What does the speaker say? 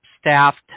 staffed